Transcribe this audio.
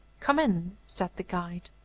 come in! said the guide.